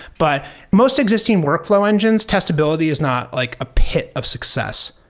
but most existing workflow engines, testability is not like a pit of success,